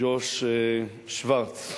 ג'וש שוורץ,